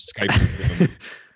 Skype